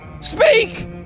Speak